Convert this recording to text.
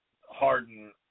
Harden